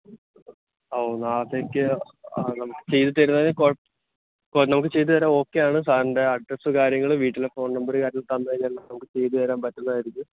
ഓ നാളത്തേക്ക് അ നമുക്ക് ചെയ്ത് തരുന്നതിന് കൊഴപ് കോ നമുക്ക് ചെയ്ത് തരാൻ ഓക്കെ ആണ് സാറിൻ്റെ അഡ്രസ്സ് കാര്യങ്ങള് വീട്ടിലെ ഫോൺ നമ്പര് അത് തന്നു കഴിഞ്ഞാൽ നമുക്ക് ചെയ്തു തരാൻ പറ്റുന്നതായിരിക്കും